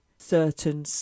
Certain